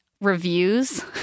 reviews